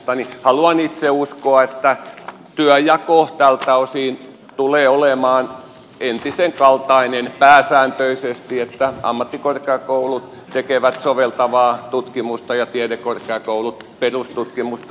haluan itse uskoa että työnjako tältä osin tulee olemaan entisenkaltainen pääsääntöisesti eli ammattikorkeakoulut tekevät soveltavaa tutkimusta ja tiedekorkeakoulut perustutkimusta